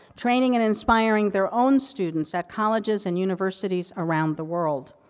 training and inspiring their own students, at colleges and universities around the world.